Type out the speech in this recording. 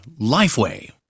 Lifeway